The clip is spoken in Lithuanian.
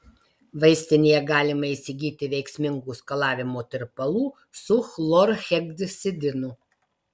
vaistinėje galima įsigyti veiksmingų skalavimo tirpalų su chlorheksidinu